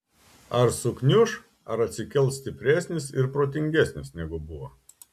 ar sugniuš ar atsikels stipresnis ir protingesnis negu buvo